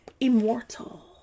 immortal